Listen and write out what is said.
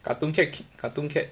cartoon cat cartoon cat